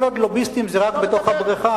כל עוד לוביסטים זה רק בתוך הבריכה,